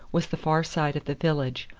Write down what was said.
was the far side of the village,